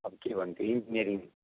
अब के भन्छ इन्जिनियरिङ